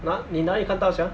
哪你哪里看到 sia